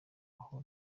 aha